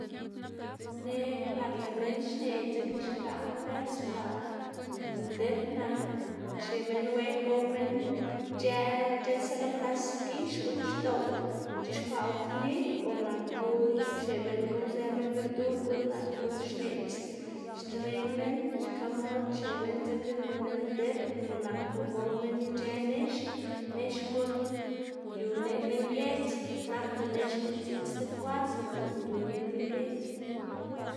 Neꞌg par lëꞌ minn xneꞌ dzekna xgaꞌ fwers xgaꞌ ndip nak xneꞌ minn wen gow minn ic̲h̲ë ic̲h̲ësa lo klas gix guꞌn xdoꞌw c̲h̲ixkwaꞌwu komid o naku xneꞌ minn gowzë minn berdur guꞌn nak guꞌn xneꞌdz xterren minn xka mod xne minn dzekna lëꞌ minn ndip o naku gow minn ic̲h̲ë nex, nex guꞌn yu neꞌg lën giedz nakdo nex guꞌn ziꞌd xtib kwa sinda guꞌn yu neꞌg lën giedz.